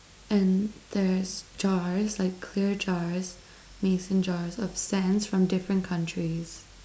and there's jars like clear jars mason jars of sands from different countries